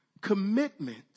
Commitment